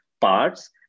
parts